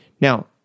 Now